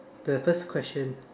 the first question